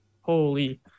Holy